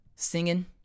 Singing